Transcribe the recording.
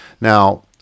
Now